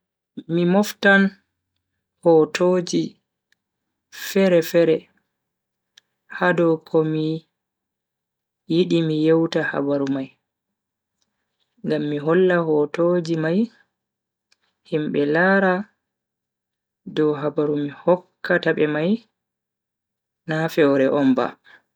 Mi moftan hotoji fere-fere ha dow komi yidi mi yewta habaru mai ngam mi holla hotoji mai himbe lara dow habaru mi hokkata be mai na fewre on ba.